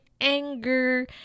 anger